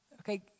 Okay